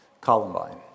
Columbine